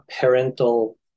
parental